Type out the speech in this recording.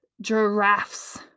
giraffes